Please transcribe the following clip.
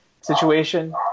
situation